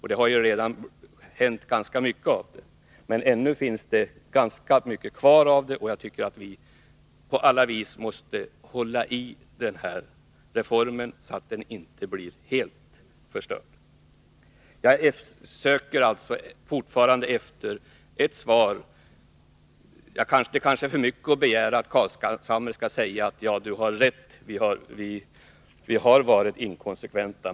Det har redan blivit sämre, men ännu återstår ganska mycket av det, och jag tycker att vi på alla vis måste skydda den här reformen, så att den inte blir helt förstörd. Jag efterlyser alltså fortfarande ett svar. Det är kanske för mycket att begära att Nils Carlshamre skall säga att vi har rätt och att de har varit inkonsekventa.